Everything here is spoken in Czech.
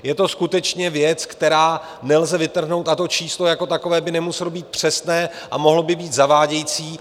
Je to skutečně věc, kterou nelze vytrhnout, a to číslo jako takové by nemuselo být přesné a mohlo by být zavádějící.